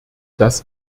das